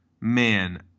man